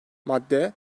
madde